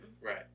Right